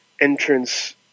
entrance